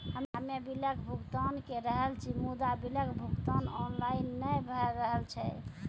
हम्मे बिलक भुगतान के रहल छी मुदा, बिलक भुगतान ऑनलाइन नै भऽ रहल छै?